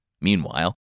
Meanwhile